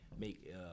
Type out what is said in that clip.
make